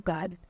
God